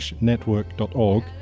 network.org